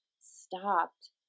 stopped